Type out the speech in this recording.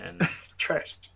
Trash